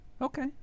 okay